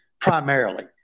primarily